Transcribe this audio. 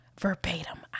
verbatim